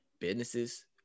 businesses